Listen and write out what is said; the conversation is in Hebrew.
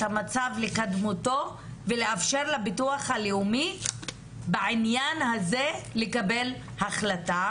המצב לקדמותו ולאפשר לביטוח הלאומי בעניין הזה לקבל החלטה,